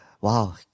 wow